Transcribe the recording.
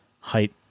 height